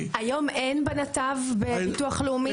היום אין בנתב בביטוח לאומי?